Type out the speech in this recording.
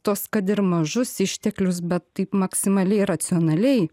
tuos kad ir mažus išteklius bet taip maksimaliai racionaliai